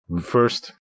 First